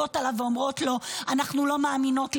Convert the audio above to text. מלגלגות עליו ואומרות לו: אנחנו לא מאמינות לך,